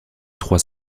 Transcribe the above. trois